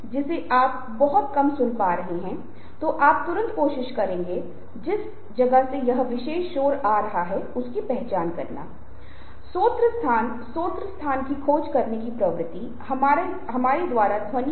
इसलिए दूसरे व्यक्ति से संवाद करना बहुत महत्वपूर्ण है कि जब आप स्पष्ट रूप से उस व्यक्ति को सुन रहे हैं तो मैं शायद उसके बाद जवाब देने जा रहा हूं और शायद आप उसी क्षण अपने नॉन वर्बल कम्युनिकेशन अथवा आंखों के संपर्क के माध्यम से जवाब दे रहे हैं